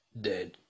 dead